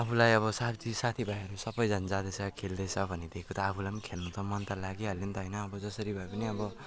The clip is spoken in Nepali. आफूलाई अब साथी साथी भाइहरू सबैजना जाँदैछ खेल्दैछ भनेदेखिको त आफूलाई खेल्न त मन त लागिहाल्यो नि त होइन अब जसरी भए पनि अब